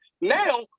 now